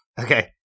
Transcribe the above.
Okay